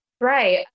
Right